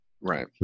Right